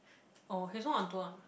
oh he's not on Daum ah